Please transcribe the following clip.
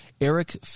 Eric